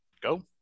Go